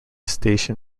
station